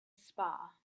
spa